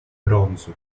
bronzo